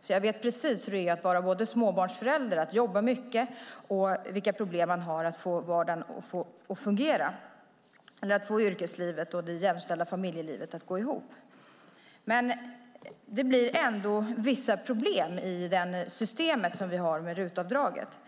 så jag vet precis hur det är att vara både småbarnsförälder och att jobba mycket och vilka problem man har för att få vardagen att fungera och för att få yrkeslivet och det jämställda familjelivet att gå ihop. Men det blir ändå vissa problem i det system som vi har med RUT-avdraget.